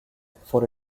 for